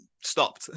stopped